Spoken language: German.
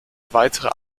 weitere